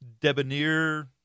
debonair